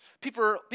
People